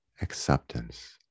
acceptance